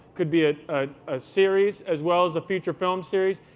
could be a ah ah series as well as a feature film series.